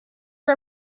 for